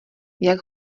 jak